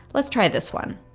let's try this one.